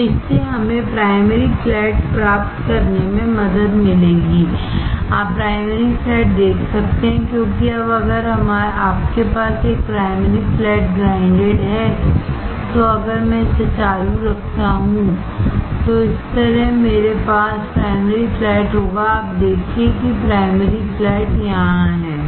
तो इससे हमें प्राइमरी फ्लैट प्राप्त करने में मदद मिलेगी आप प्राइमरी फ्लैटदेख सकते हैं क्योंकि अब अगर आपके पास 1 प्राइमरी फ्लैट ग्राइंडेड है तो अगर मैं इसे चालू रखता हूं तो इस तरह मेरे पास प्राइमरी फ्लैट होगा आप देखिए कि प्राइमरी फ्लैट यहाँ है